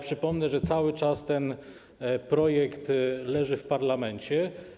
Przypomnę, że cały czas ten projekt leży w parlamencie.